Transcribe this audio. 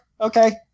okay